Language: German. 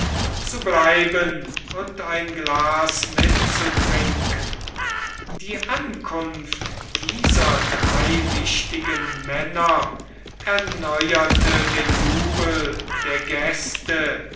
verantwortung die ankunft dieser drei wichtigen männer erneuerte den jubel der gäste